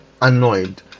annoyed